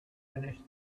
finished